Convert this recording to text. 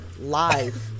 live